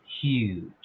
huge